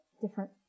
different